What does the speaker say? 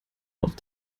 auf